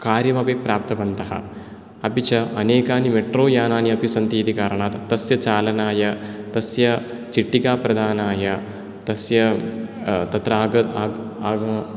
कार्यमपि प्राप्तवन्तः अपि च अनेकानि मेट्रोयानानि अपि सन्ति इति कारणात् तस्य चालनाय तस्य चीटिकाप्रदानाय तस्य तत्र आगम